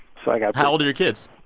so i got. how old are your kids?